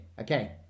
okay